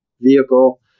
vehicle